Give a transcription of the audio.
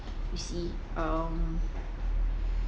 you see um